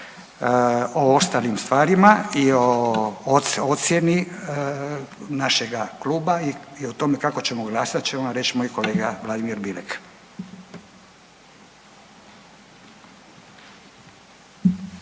O ostalim stvarima i o ocijeni našega kluba i o tome kako ćemo glasat će vam reći moj kolega Vladimir Bilek.